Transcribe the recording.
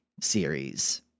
series